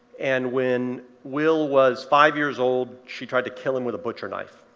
and when will was five years old, she tried to kill him with a butcher knife.